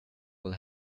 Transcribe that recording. will